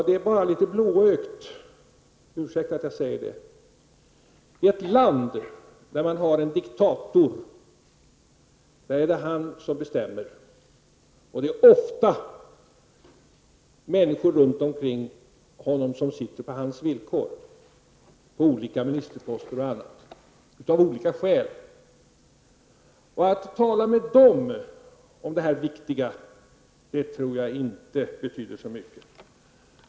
Det är litet blåögt -- ursäkta att jag säger det. I ett land där man har en diktator är det han som bestämmer. Människor runt omkring honom -- t.ex. på olika ministerposter -- sitter ofta där på hans villkor. Att tala med dem om det här viktiga tror jag inte betyder så mycket.